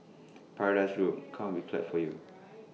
paradise group come we clap for you